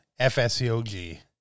FSEOG